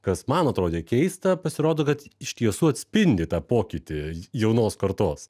kas man atrodė keista pasirodo kad iš tiesų atspindi tą pokytį jaunos kartos